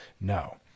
no